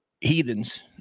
heathens